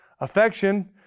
Affection